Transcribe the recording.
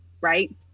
right